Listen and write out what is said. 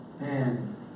Man